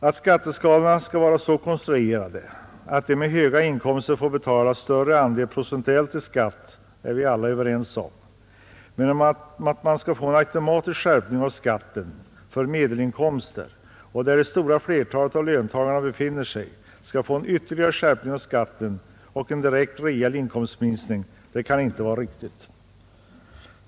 Att skatteskalorna skall vara så konstruerade att alla med höga inkomster får betala en större andel procentuellt i skatt är vi överens om, men att man skall få en automatisk skärpning av skatten för medelinkomster — ett läge i vilket det stora flertalet av löntagarna befinner sig — och en direkt reell inkomstminskning kan inte vara riktigt.